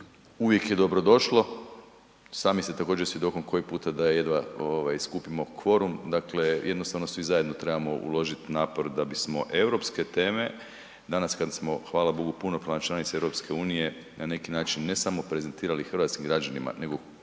Uvijek je dobrodošli, sami ste također svjedokom da jedva skupimo kvorum, jednostavno svi zajedno trebamo uložiti napor da bismo europske teme, danas kad smo hvala Bogu punopravna članica EU na neki način, ne samo prezentirali hrvatskim građanima, nego